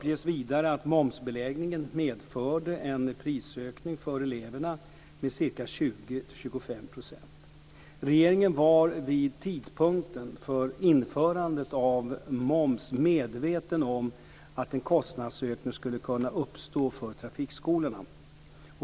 25 %. Regeringen var vid tidpunkten för införandet av moms medveten om att en kostnadsökning skulle kunna uppstå för trafikskolorna.